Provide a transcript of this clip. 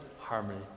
harmony